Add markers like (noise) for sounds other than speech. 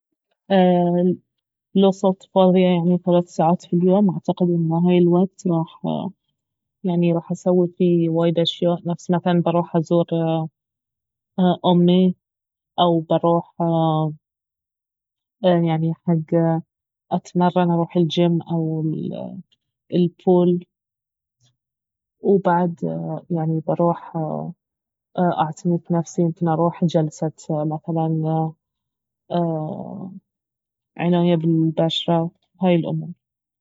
لو صرت فاضية يعني ثلاث ساعات في اليوم اعتقد انه هاي الوقت راح يعني راح اسوي فيه وايد أشياء نفس مثلا بروح ازور امي او بروح يعني حق اتمرن اروح الجيم او ال- البول وبعد يعني بروح اعتني في نفسي يمكن اروح جلسة مثلا (hesitation) عناية بالبشرة وهاي الأمور